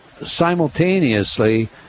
simultaneously